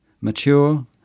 mature